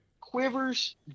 Quivers